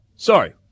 Sorry